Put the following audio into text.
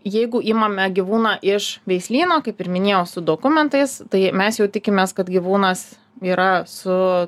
jeigu imame gyvūną iš veislyno kaip ir minėjau su dokumentais tai mes jau tikimės kad gyvūnas yra su